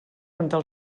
rentar